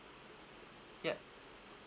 yup